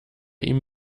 ihm